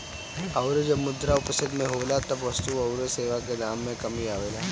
अउरी जब मुद्रा अपस्थिति में होला तब वस्तु अउरी सेवा के दाम में कमी आवेला